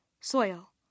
Soil